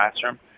classroom